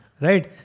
Right